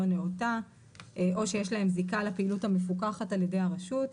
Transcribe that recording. נאותה או שיש להם זיקה לפעילות המפוקחת על ידי הרשות,